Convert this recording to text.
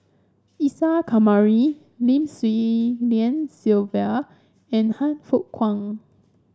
Isa Kamari Lim Swee Lian Sylvia and Han Fook Kwang